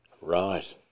Right